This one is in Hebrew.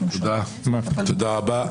תודה רבה.